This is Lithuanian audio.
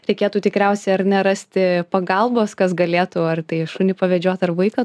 reikėtų tikriausiai ar ne rasti pagalbos kas galėtų ar tai šunį pavedžiot ar vaiką